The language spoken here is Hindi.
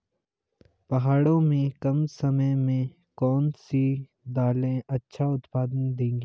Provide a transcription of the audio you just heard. पहाड़ों में कम समय में कौन सी दालें अच्छा उत्पादन देंगी?